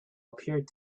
appeared